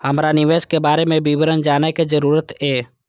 हमरा निवेश के बारे में विवरण जानय के जरुरत ये?